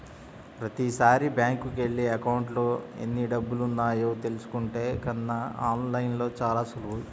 ప్రతీసారీ బ్యేంకుకెళ్ళి అకౌంట్లో ఎన్నిడబ్బులున్నాయో చూసుకునే కన్నా ఆన్ లైన్లో చానా సులువు